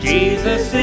Jesus